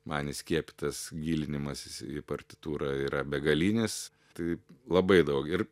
man įskiepytas gilinimasis į partitūrą yra begalinis taip labai daug ir